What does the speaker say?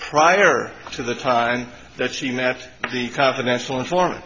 prior to the time that she met the confidential infor